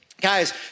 Guys